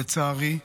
לצערי,